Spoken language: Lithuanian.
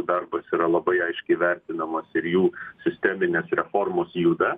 darbas yra labai aiškiai vertinamas ir jų sisteminės reformos juda